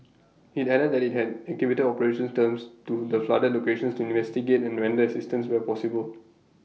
IT added that IT had activated operations terms to the flooded locations to investigate and render assistance where possible